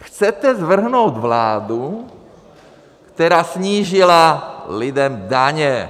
Chcete svrhnout vládu, která snížila lidem daně.